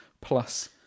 plus